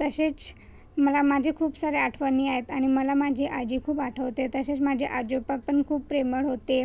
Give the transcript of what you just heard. तसेच मला माझे खूप साऱ्या आठवणी आहेत आणि मला माझी आजी खूप आठवते तसेच माझे आजोबा पण खूप प्रेमळ होते